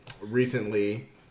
recently